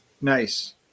Nice